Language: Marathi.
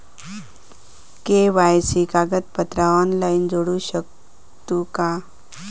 के.वाय.सी कागदपत्रा ऑनलाइन जोडू शकतू का?